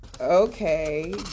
Okay